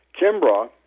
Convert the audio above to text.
Kimbra